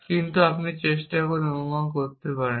কিন্তু আপনি চেষ্টা করে অনুমান করতে পারেন